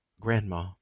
Grandma